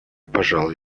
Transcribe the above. пожала